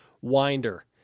Winder